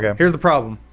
yeah here's the problem?